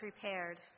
prepared